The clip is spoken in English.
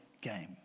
game